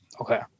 Okay